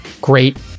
great